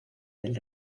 del